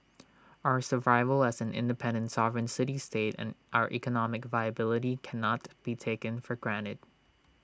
our survival as an independent sovereign city state and our economic viability cannot be taken for granted